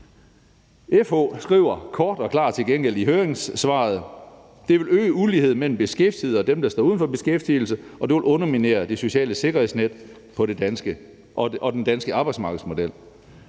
til gengæld kort og klart i høringssvaret, at det vil øge uligheden mellem beskæftigede og dem, der står uden for beskæftigelse, og det vil underminere det sociale sikkerhedsnet og den danske arbejdsmarkedsmodel.